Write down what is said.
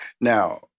Now